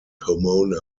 pomona